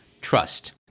trust